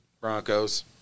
Broncos